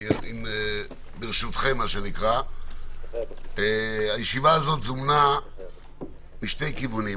ברשותכם היא זומנה משני כיוונים.